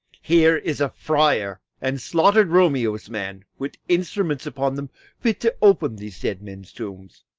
here is a friar, and slaughter'd romeo's man, with instruments upon them fit to open these dead men's tombs.